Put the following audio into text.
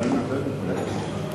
זה אני מתחייב בפניך,